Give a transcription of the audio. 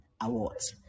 awards